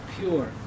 pure